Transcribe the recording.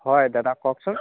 হয় দাদা কওকচোন